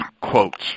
quotes